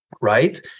right